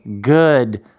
good